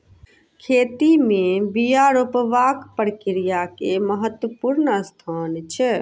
खेती में बिया रोपबाक प्रक्रिया के महत्वपूर्ण स्थान छै